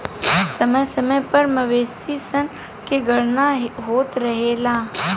समय समय पर मवेशी सन के गणना होत रहेला